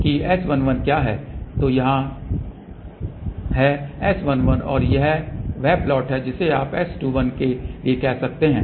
तो यह यहाँ है S11 और यह वह प्लॉट है जिसे आप S21 के लिए कह सकते हैं